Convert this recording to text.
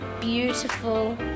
beautiful